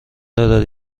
دارد